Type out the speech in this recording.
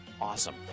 Awesome